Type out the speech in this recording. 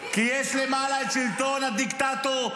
כי יש למעלה שלטון הדיקטטור,